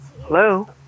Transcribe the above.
hello